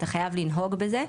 אתה חייב לנהוג בזה,